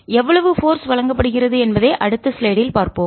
எவ்வளவு போர்ஸ் விசை வழங்கப்படுகிறது என்பதை அடுத்த ஸ்லைடில் பார்ப்போம்